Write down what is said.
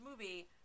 movie